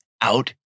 out